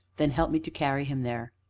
then help me to carry him there.